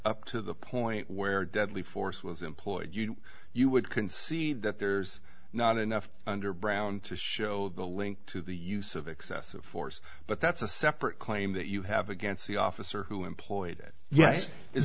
up to the point where deadly force was employed you you would concede that there's not enough under brown to show so the link to the use of excessive force but that's a separate claim that you have against the officer who employed